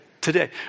today